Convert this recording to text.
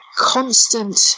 Constant